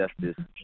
justice